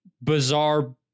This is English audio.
Bizarre